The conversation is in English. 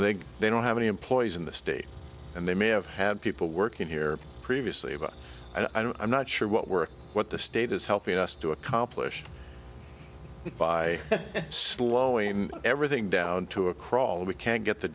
they they don't have any employees in the state and they may have had people working here previously but i don't i'm not sure what work what the state is helping us to accomplish by slowing everything down to a crawl we can't get the